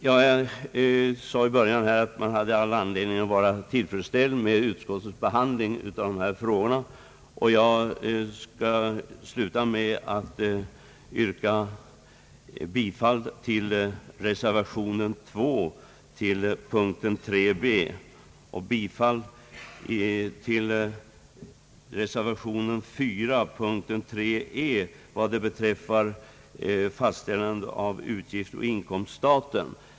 Jag sade i början av mitt anförande att man har all anledning vara tillfredsställd med utskottets behandling av dessa frågor. Jag skall sluta med att yrka bifall till reservationen 2 vid punkten 3 b och till reservationen 4 vid punkten 3e vad beträffar fastställande av utgiftsoch inkomststaten.